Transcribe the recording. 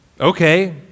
Okay